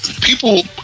people